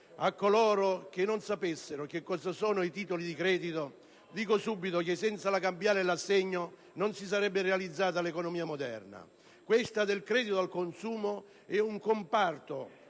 «A coloro che non sapessero cosa sono i titoli di credito dico subito che senza la cambiale e l'assegno non si sarebbe realizzata l'economia moderna». Questo del credito al consumo è un comparto